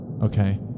okay